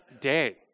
day